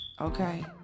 Okay